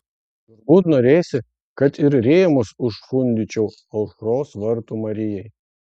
turbūt norėsi kad ir rėmus užfundyčiau aušros vartų marijai